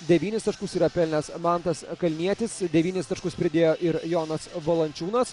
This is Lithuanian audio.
devynis taškus pelnęs mantas kalnietis devynis taškus pridėjo ir jonas valančiūnas